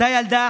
אותה ילדה